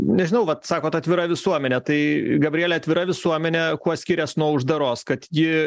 nežinau vat sakot atvira visuomenė tai gabriele atvira visuomenė kuo skirias nuo uždaros kad ji